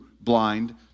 blind